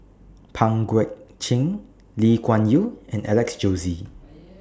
Pang Guek Cheng Lee Kuan Yew and Alex Josey